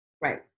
Right